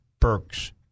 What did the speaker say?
Burks